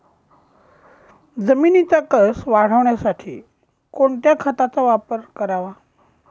जमिनीचा कसं वाढवण्यासाठी कोणत्या खताचा वापर करावा?